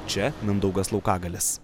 čia mindaugas laukagalis